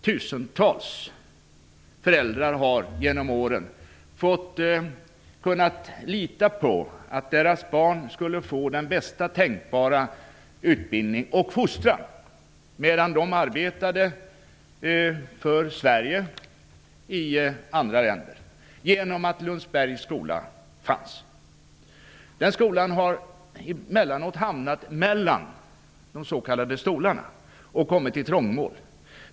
Tusentals föräldrar har genom åren kunnat lita på att deras barn fick den bästa tänkbara utbildning och fostran medan föräldrarna arbetade för Sverige i andra länder, genom att Lundsbergs skola fanns. Skolan har emellanåt hamnat mellan de s.k. stolarna och kommit i trångmål.